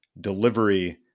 delivery